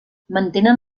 mantenen